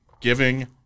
giving